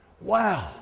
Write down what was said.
Wow